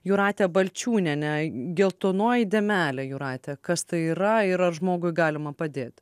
jūrate balčiūniene geltonoji dėmelė jūrate kas tai yra ir ar žmogui galima padėti